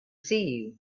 see